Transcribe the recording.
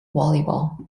volleyball